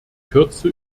kürze